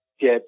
get